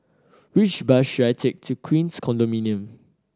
which bus should I take to Queens Condominium